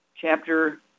Chapter